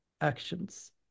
actions